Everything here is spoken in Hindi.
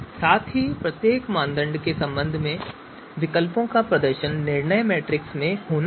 साथ ही प्रत्येक मानदंड के संबंध में इन विकल्पों का प्रदर्शन निर्णय मैट्रिक्स में होना चाहिए